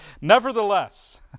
nevertheless